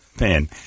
Man